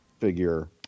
figure